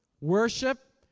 Worship